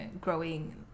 growing